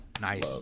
Nice